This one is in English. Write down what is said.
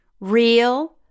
real